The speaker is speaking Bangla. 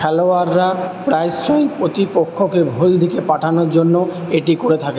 খেলোয়াড়রা প্রায়শই প্রতিপক্ষকে ভুল দিকে পাঠানোর জন্য এটি করে থাকেন